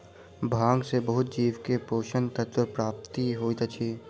भांग सॅ बहुत जीव के पोषक तत्वक प्राप्ति होइत अछि